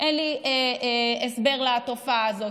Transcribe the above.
אין לי הסבר לתופעה הזאת.